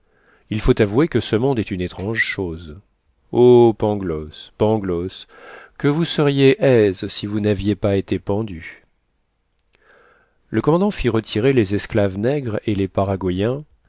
il faut avouer que ce monde est une étrange chose o pangloss pangloss que vous sériez aise si vous n'aviez pas été pendu le commandant fit retirer les esclaves nègres et les paraguains